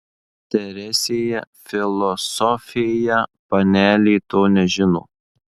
teresėje filosofėje panelė to nežino